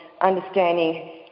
understanding